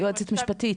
יועצת משפטית?